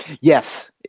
Yes